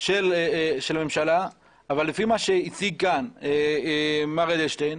של הממשלה, אבל לפי מה שהציג כאן מר' אדלשטיין,